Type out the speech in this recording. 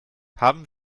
haben